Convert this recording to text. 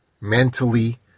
Mentally